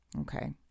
Okay